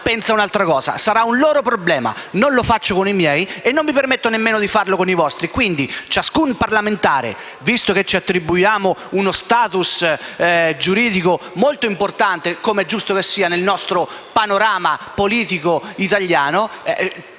ne pensa un'altra cosa. Sarà un loro problema. Non lo faccio con i miei e non mi permetto di farlo con i vostri. Ciascun parlamentare, visto che ci attribuiamo uno *status* giuridico molto importante, come è giusto che sia, nel nostro panorama politico italiano,